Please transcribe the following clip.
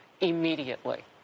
immediately